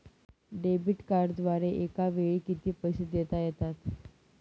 Debit कार्डद्वारे एकावेळी किती पैसे देता येतात?